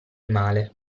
male